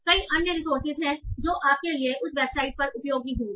कई अन्य रिसोर्सेज हैं जो आपके लिए उस वेबसाइट पर ही उपयोगी होंगे